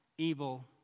evil